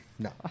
No